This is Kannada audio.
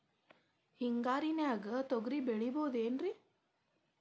ಹಿಂಗಾರಿನ್ಯಾಗ ತೊಗ್ರಿ ಬೆಳಿಬೊದೇನ್ರೇ?